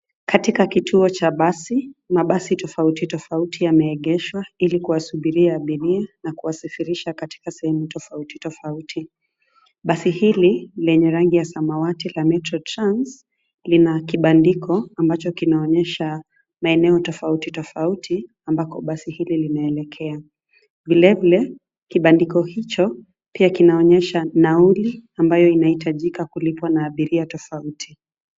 Katika kituo cha basi, mabasi tofauti tofauti yameegeshwa ilikuwasubiria abiria na kuwasafirisha katika sehemu tofauti tofauti. Basi hili lenye rangi ya samawati la Metro Trans lina kibandiko ambacho kinaonesha maeneo tofauti tofauti ambako basi hili linaelekea. Vile vile, kibandiko hicho pia kinaonyesha nauli ambayo inahitajika kulipwa na abiria tofauti.